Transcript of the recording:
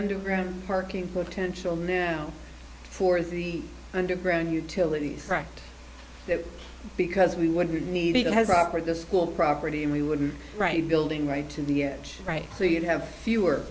underground parking potential now for the underground utilities correct that because we would need that has offered the school property and we would be right building right to the edge right so you'd have